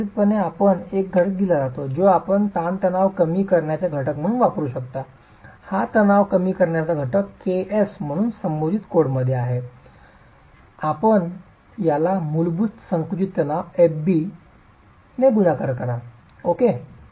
एकत्रितपणे आपणास एक घटक दिला जातो जो आपण ताणतणाव कमी करण्याच्या घटक म्हणून वापरु शकता हा तणाव कमी करण्याचा घटक Ks म्हणून संबोधित कोडमध्ये आहे आपण याला मूलभूत संकुचित तणाव fb गुणाकार करा ओके